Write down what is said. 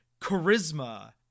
charisma